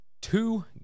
two